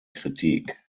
kritik